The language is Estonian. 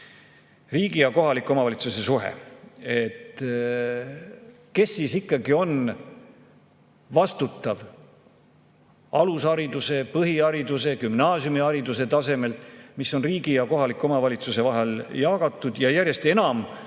riigi ja kohaliku omavalitsuse suhe. Kes siis ikkagi on vastutav alushariduse, põhihariduse ja gümnaasiumihariduse tasemel, mis on riigi ja kohaliku omavalitsuse vahel jagatud? See vastutus